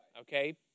okay